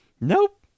Nope